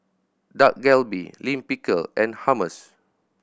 Dak Galbi Lime Pickle and Hummus